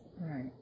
Right